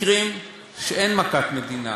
מקרים שאינם מכת מדינה,